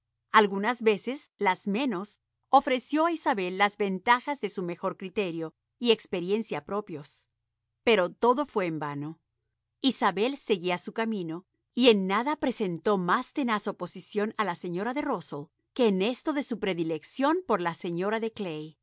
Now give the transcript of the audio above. algunas veces las menos ofreció a isabel las ventajas de su mejor criterio y experiencia propios pero todo fué en vano isabel seguía su camino y en nada presentó más tenaz oposición a la señora de rusell que en esto de su predilección por la señora de